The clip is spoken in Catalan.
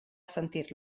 sentir